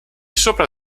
sopra